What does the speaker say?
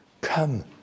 come